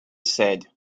said